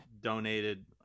donated